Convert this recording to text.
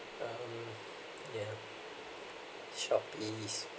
um yeah Shopee